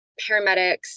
paramedics